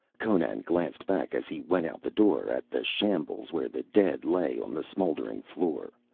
conan glanced back as he went out the door, at that shambles where the dead lay on the smoldering floor,